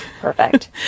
perfect